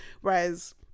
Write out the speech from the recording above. whereas